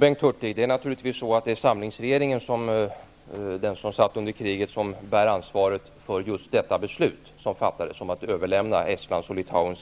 Fru talman! Det är naturligtvis den samlingsregering som satt under kriget som bär ansvaret för just detta beslut att överlämna Bengt